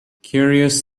curious